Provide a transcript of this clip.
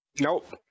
Nope